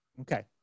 Okay